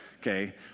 okay